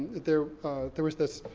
there there was this,